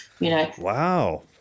Wow